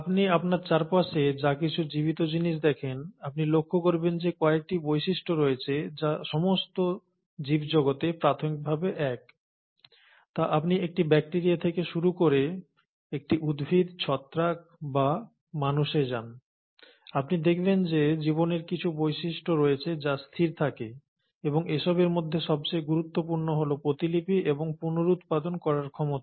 আপনি আপনার চারপাশে যা কিছু জীবিত জিনিস দেখেন আপনি লক্ষ্য করবেন যে কয়েকটি বৈশিষ্ট্য রয়েছে যা সমস্ত জীবজগতে প্রাথমিকভাবে এক তা আপনি একটি ব্যাকটিরিয়া থেকে শুরু করে একটি উদ্ভিদ ছত্রাক বা মানুষে যান আপনি দেখবেন যে জীবনের কিছু বৈশিষ্ট্য রয়েছে যা স্থির থাকে এবং এসবের মধ্যে সবচেয়ে গুরুত্বপূর্ণ হল প্রতিলিপি এবং পুনরুৎপাদন করার ক্ষমতা